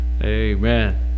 Amen